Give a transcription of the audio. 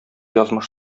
язмыш